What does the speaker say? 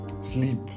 sleep